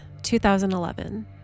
2011